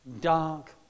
dark